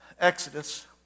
Exodus